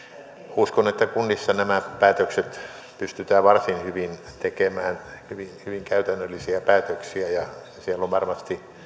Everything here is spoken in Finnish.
uskon että kunnissa nämä päätökset pystytään varsin hyvin tekemään hyvin hyvin käytännöllisiä päätöksiä ja siellä on varmasti